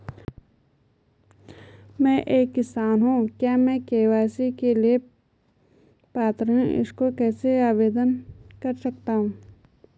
मैं एक किसान हूँ क्या मैं के.सी.सी के लिए पात्र हूँ इसको कैसे आवेदन कर सकता हूँ?